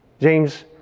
James